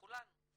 לכולנו,